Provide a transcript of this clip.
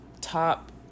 top